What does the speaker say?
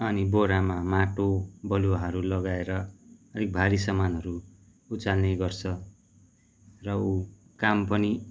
अनि बोरामा माटो बालुवाहरू लगाएर अलिक भारी सामानहरू उचाल्ने गर्छ र उ काम पनि